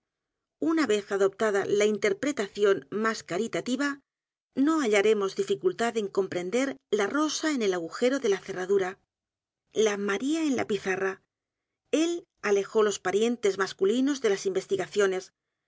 una vez adoptada la interpretación más caritativa no hallaremos dificultad en comprender la rosa en el agujero de la cerradura la maría en la pizarra el alejó los parientes masculinos de las investigaciones